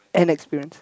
and experience